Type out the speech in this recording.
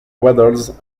waddles